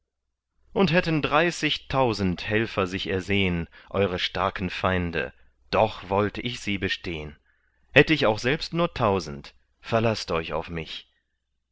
und hätten dreißigtausend helfer sich ersehn eure starken feinde doch wollt ich sie bestehn hätt ich auch selbst nur tausend verlaßt euch auf mich